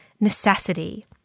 necessity